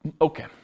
Okay